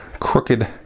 crooked